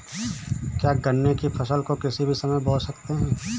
क्या गन्ने की फसल को किसी भी समय बो सकते हैं?